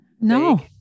No